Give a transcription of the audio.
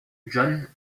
jeanne